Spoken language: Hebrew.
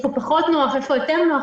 איפה פחות נוח ואיפה יותר נוח.